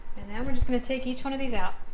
and then we're just going to take each one of these out